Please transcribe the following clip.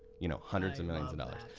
you know, hundreds of millions of dollars,